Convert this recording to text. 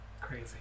Crazy